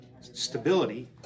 stability